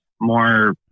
more